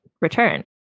return